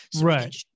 Right